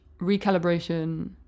recalibration